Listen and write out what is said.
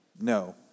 No